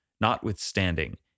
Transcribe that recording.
Notwithstanding